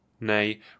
Nay